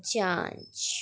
जांच